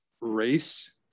race